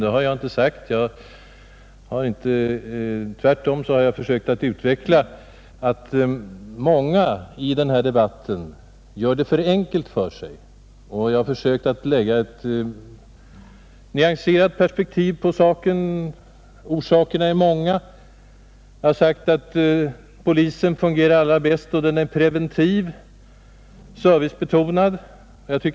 Det har jag inte sagt, utan jag har tvärtom utvecklat att många i debatten gör det för enkelt för sig; jag har försökt lägga ett nyanserat perspektiv på denna problematik. Jag har dessutom sagt att polisen fungerar allra bäst då den är preventiv, servicebetonad.